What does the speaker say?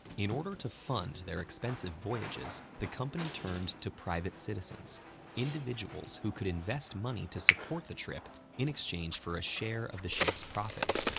in order to fund their expensive voyages, the company turned to private citizens individuals who could invest money to support the trip in exchange for a share of the ship's profits.